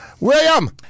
William